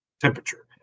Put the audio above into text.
temperature